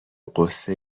غصه